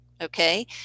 okay